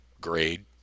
grade